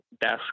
desk